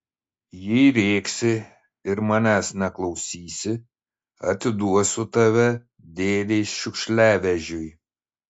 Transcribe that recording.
jei rėksi ir manęs neklausysi atiduosiu tave dėdei šiukšliavežiui